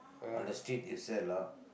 on the street it sell lah